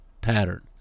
pattern